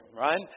right